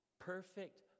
perfect